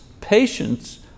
patience